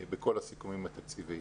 בכל הסיכומים התקציביים.